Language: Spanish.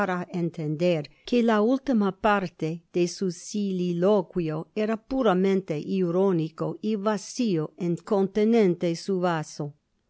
entender que la ultima parte de su soliloquio era puramente irónico y vació incontinenti su vaso